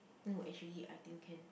no actually I think can